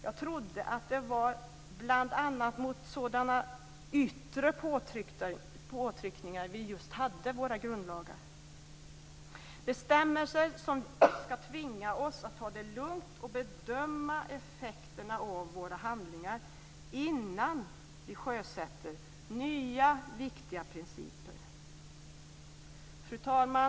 Jag trodde att det var bl.a. mot just sådana yttre påtryckningar som vi har våra grundlagar - bestämmelser som ska tvinga oss att ta det lugnt och bedöma effekterna av våra handlingar innan vi sjösätter nya viktiga principer. Fru talman!